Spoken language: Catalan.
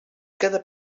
cada